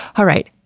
alright,